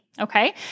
okay